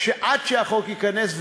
עד שהחוק ייכנס,